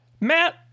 Matt